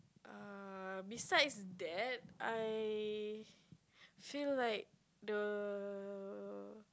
err besides that I feel like the